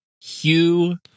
Hugh